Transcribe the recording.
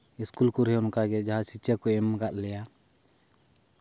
school ᱠᱚᱨᱮᱦᱚᱸ ᱚᱱᱠᱟᱜᱮ ᱡᱟᱦᱟᱸ ᱥᱤᱠᱠᱷᱟ ᱠᱚ ᱮᱢ ᱠᱟᱜ ᱞᱮᱭᱟ